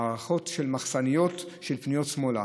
הארכות של מחסניות של פניות שמאלה,